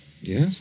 Yes